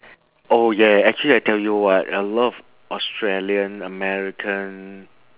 oh yeah actually I tell you what a lot of australian american